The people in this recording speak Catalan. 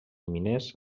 miners